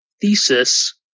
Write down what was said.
thesis